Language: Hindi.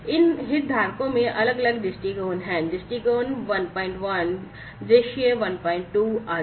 इन हितधारकों में अलग अलग दृष्टिकोण हैं दृष्टिकोण 11 दृश्य 12 आदि